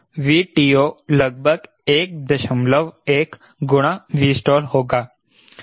VTO लगभग 11 गुना Vstall होगा